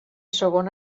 segon